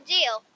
Deal